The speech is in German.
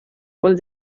wollen